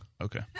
Okay